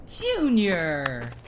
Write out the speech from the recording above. Junior